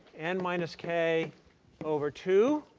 n minus k over two